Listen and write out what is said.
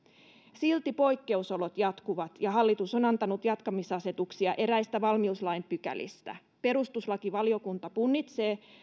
silti poikkeusolot jatkuvat ja hallitus on antanut jatkamisasetuksia eräistä valmiuslain pykälistä perustuslakivaliokunta punnitsee